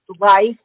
Life